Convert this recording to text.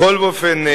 בכל אופן,